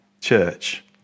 church